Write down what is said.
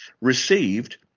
received